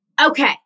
Okay